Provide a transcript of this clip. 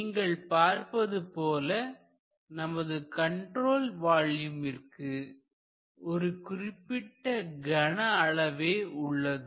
நீங்கள் பார்ப்பது போல நமது கண்ட்ரோல் வால்யூமிற்கு ஒரு குறிப்பிட்ட கன அளவே உள்ளது